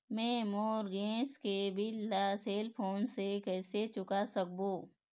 मैं मोर गैस के बिल ला सेल फोन से कइसे चुका सकबो?